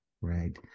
right